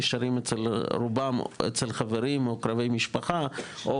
נשארים אצל חברים או קרובי משפחה או